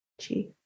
chief